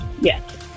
Yes